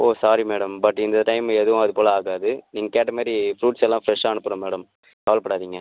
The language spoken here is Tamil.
ஓ சாரி மேடம் பட் இந்த டைம் எதுவும் அதுபோல ஆகாது நீங்கள் கேட்ட மாதிரி ஃப்ரூட்ஸ்ஸெல்லாம் ஃப்ரெஷ்ஷாக அனுப்புகிறேன் மேடம் கவலைப்படாதீங்க